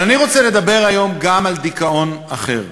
אבל אני רוצה לדבר היום גם על דיכאון אחר,